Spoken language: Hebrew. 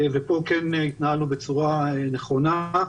ופה כן התנהלנו בצורה נכונה.